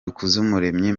dukuzumuremyi